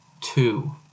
Two